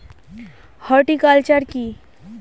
Horticulture কি?